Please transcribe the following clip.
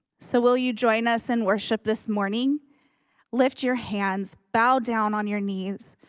so will you join us in worship this morning lift your hands, bow down on your knees,